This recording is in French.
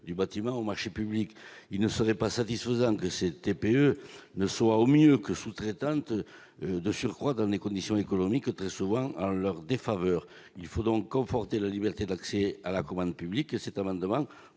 du bâtiment aux marchés publics. Il ne serait pas satisfaisant que ces entreprises ne soient au mieux que sous-traitantes, de surcroît dans des conditions économiques très souvent en leur défaveur. Il faut donc conforter la liberté d'accès à la commande publique. Cet amendement